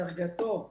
דרגתו,